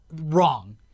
wrong